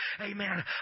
Amen